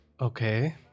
Okay